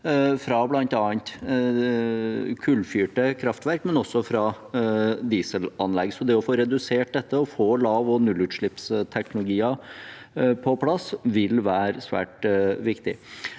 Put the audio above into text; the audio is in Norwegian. fra bl.a. kullfyrte kraftverk og dieselanlegg, så det å få redusert dette og få lavog nullutslippsteknologier på plass vil være svært viktig.